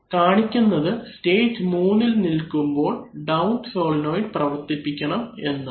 കാണിക്കുന്നത് സ്റ്റേറ്റ് 3ഇൽ നിൽക്കുമ്പോൾ ഡൌൺ സോളിനോയ്ഡ് പ്രവർത്തിപ്പിക്കണം എന്നാണ്